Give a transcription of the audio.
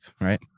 right